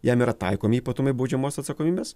jam yra taikomi ypatumai baudžiamos atsakomybės